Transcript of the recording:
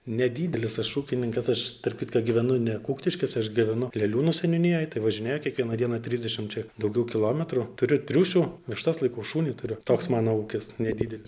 nedidelis aš ūkininkas aš tarp kitko gyvenu ne kuktiškėse aš gyvenu leliūnų seniūnijoj tai važinėju kiekvieną dieną trisdešim čia daugiau kilometrų turiu triušių vištas laikau šunį turi toks mano ūkis nedidelis